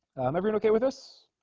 i'm everyone okay with us